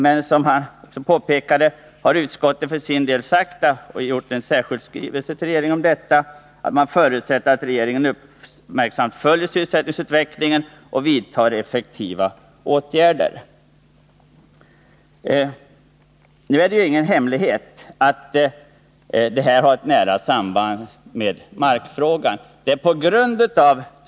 Men som han också påpekade föreslår utskottet att riksdagen ger regeringen till känna ätt riksdagen förutsätter att regeringen uppmärksamt följer sysselsättningsutvecklingen och vidtar effektiva åtgärder om så erfordras. Det är ingen hemlighet att förslagen har ett nära samband med markfrågan.